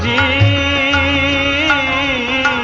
a